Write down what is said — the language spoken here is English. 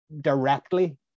directly